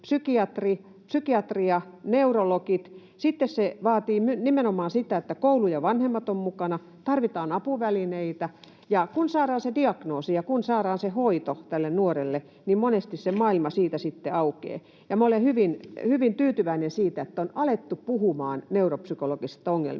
psykiatri ja neurologit. Sitten se vaatii nimenomaan sitä, että koulu ja vanhemmat ovat mukana, tarvitaan apuvälineitä, ja kun saadaan diagnoosi ja kun saadaan hoito tälle nuorelle, niin monesti maailma siitä sitten aukeaa. Minä olen hyvin tyytyväinen siitä, että on alettu puhumaan neuropsykologisista ongelmista.